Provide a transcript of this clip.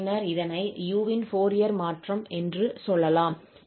பின்னர் இதனை u இன் ஃபோரியர் மாற்றம் என்று சொல்லலாம்